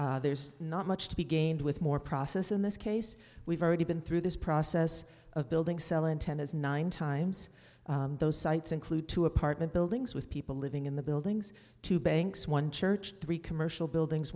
it there's not much to be gained with more process in this case we've already been through this process of building sellon ten is nine times those sites include two apartment buildings with people living in the buildings two banks one church three commercial buildings